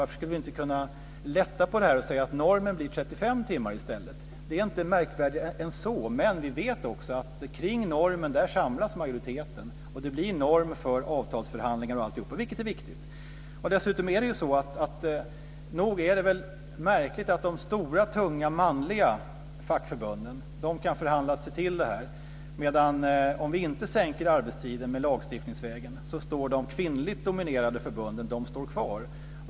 Varför skulle vi inte kunna lätta på detta och säga att normen blir 35 timmar i stället? Det är inte märkvärdigare än så. Men vi vet också att kring normen samlas majoriteten. Och det blir en norm för avtalsförhandlingar osv., vilket är viktigt. Nog är det märkligt att de stora och tunga manliga fackförbunden kan förhandla sig till detta? Men om vi inte sänker arbetstiden lagstiftningsvägen så står de kvinnligt dominerade förbunden kvar.